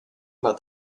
about